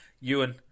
Ewan